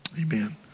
Amen